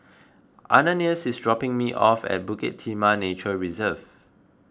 Ananias is dropping me off at Bukit Timah Nature Reserve